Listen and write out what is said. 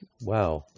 wow